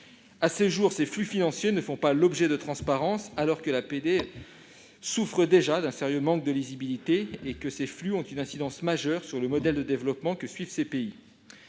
À ce jour, ces flux financiers ne font pas l'objet de transparence, alors que l'action de l'APD souffre déjà d'un sérieux manque de lisibilité et que ces flux ont une incidence majeure sur le modèle de développement que suivent ces pays.